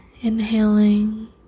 inhaling